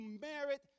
merit